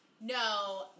No